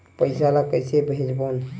पईसा ला कइसे भेजबोन?